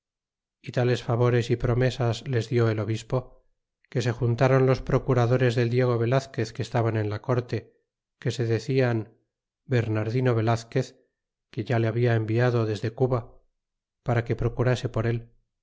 tales favores é promesas les dió el obispo que se juntron los procuradores del diego velazquez que estaban en la corte que se decian bernardino velazquez que ya le habia enviado desde cuba para que procurase por él